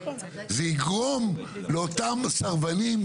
זה יגרום לאותם הסרבנים,